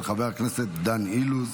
של חבר הכנסת דן אילוז.